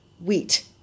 wheat